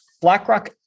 BlackRock